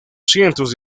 cientos